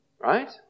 Right